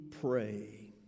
pray